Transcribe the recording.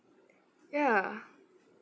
ya